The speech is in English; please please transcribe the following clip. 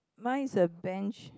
mine is a bench